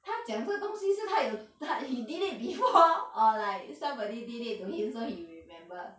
他讲这东西是他有他 he did it before or like somebody did it to him so he remember